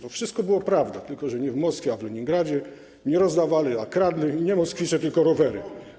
To wszystko była prawda, tylko że nie w Moskwie, a w Leningradzie, nie rozdawali, a kradli, i nie moskwicze, tylko rowery.